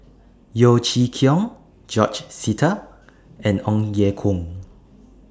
Yeo Chee Kiong George Sita and Ong Ye Kung